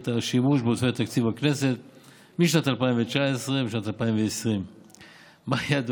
את השימוש בעודפי תקציב 2018 בשנת 2019. מה יהיה,